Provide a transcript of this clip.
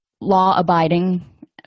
law-abiding